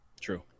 True